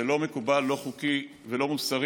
זה לא מקובל, זה לא חוקי ולא מוסרי.